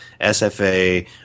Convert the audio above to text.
SFA